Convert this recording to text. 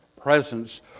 presence